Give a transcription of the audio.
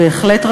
בהחלט,